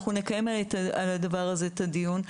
אנחנו נקיים על הדבר הזה את הדיון.